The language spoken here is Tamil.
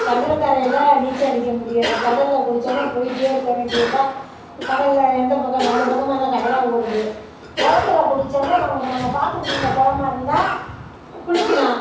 கடற்கரையில் நீச்சல் அடிக்க முடியாது கடலில் குளிச்சோம்ன்னா போய்ட்டே இருக்க வேண்டியது தான் கடலில் எந்த பக்கம் நாலு பக்கம் நல்லா கடலாக ஓடுது குளத்துல குளிச்சோம்ன்னா நமக்கு நம்ம பார்த்துக்கிட்ருந்த குளமா இருந்தால் கு குளிக்கலாம்